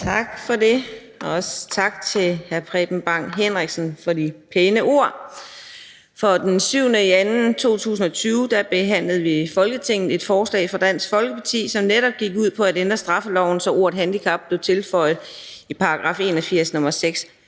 Tak for det. Og også tak til hr. Preben Bang Henriksen for de pæne ord. For den 7. februar 2020 behandlede vi i Folketinget et forslag fra Dansk Folkeparti, som netop gik ud på at ændre straffeloven, så ordet handicap blev tilføjet i § 81,